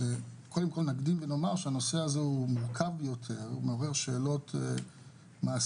נקדים ונאמר שהנושא הזה הוא נושא נחקר ביותר ומעורר שאלות מעשיות